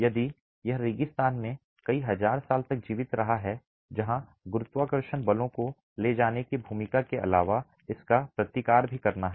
यदि यह रेगिस्तान में कई हजार साल तक जीवित रहा है जहां गुरुत्वाकर्षण बलों को ले जाने की भूमिका के अलावा इसका प्रतिकार भी करना है